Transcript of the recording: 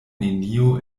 neniu